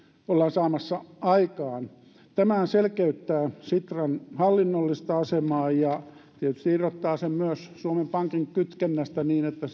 ollaan saamassa aikaan tämä selkeyttää sitran hallinnollista asemaa ja tietysti irrottaa sen myös suomen pankin kytkennästä niin että